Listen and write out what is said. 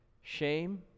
shame